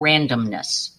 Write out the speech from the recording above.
randomness